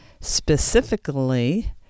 specifically